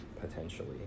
potentially